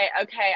okay